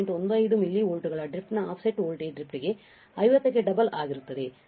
15 milli ವೋಲ್ಟ್ಗಳ ಡ್ರಿಫ್ಟ್ನ offset voltage ಡ್ರಿಫ್ಟ್ಗೆ 50 ಕ್ಕೆ ಡಬಲ್ ಆಗಿರುತ್ತದೆ